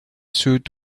suit